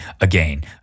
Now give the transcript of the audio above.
again